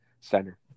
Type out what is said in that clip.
center